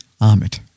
Amit